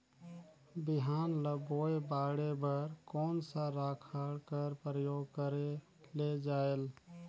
बिहान ल बोये बाढे बर कोन सा राखड कर प्रयोग करले जायेल?